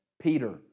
Peter